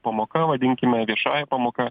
pamoka vadinkime viešąja pamoka